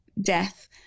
death